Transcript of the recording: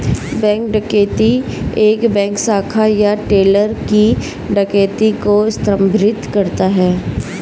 bank डकैती एक bank शाखा या टेलर की डकैती को संदर्भित करता है